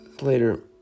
later